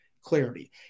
clarity